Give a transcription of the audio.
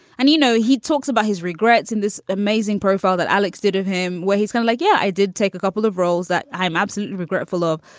and, you know, he talks about his regrets in this amazing profile that alex did of him, where he's gonna like, yeah, i did take a couple of roles that i am absolutely regretful of.